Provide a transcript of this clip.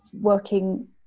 working